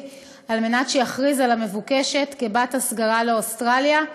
על מנת שיכריז על המבוקשת כבת-הסגרה לאוסטרליה,